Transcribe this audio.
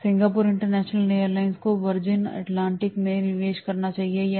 Singapore international airline को Virgin Atlantic में निवेश करना चाहिए या नहीं